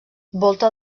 volta